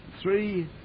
three